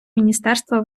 міністерства